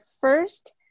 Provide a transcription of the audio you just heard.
first